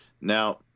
now